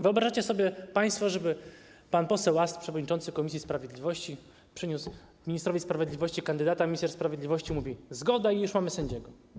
Wyobrażacie sobie państwo, że pan poseł Ast, przewodniczący komisji sprawiedliwości, przyniósłby ministrowi sprawiedliwości kandydaturę, a minister sprawiedliwości powiedziałby: zgoda - i już mielibyśmy sędziego?